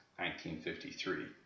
1953